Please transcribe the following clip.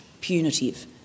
punitive